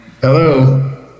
Hello